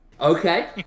Okay